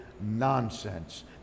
nonsense